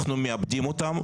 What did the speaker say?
אנחנו מאבדים אותם,